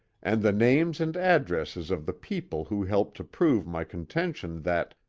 and the names and addresses of the people who helped to prove my contention that,